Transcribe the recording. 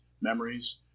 memories